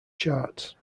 charts